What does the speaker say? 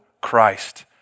Christ